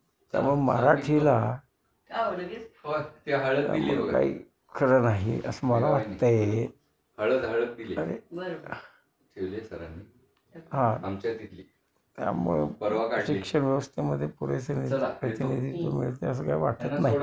त्यामुळं मराठीला काही खरं नाही असं मला वाटतं आहे हां त्यामुळं शिक्षण व्यवस्थेमध्ये पुरेसे प्रतिनिधित्व मिळते असं काय वाटत नाही